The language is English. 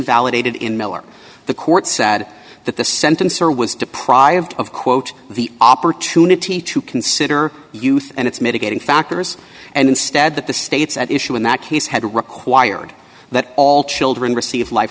validated in miller the court said that the sentence or was deprived of quote the opportunity to consider youth and its mitigating factors and instead that the states at issue in that case had required that all children receive life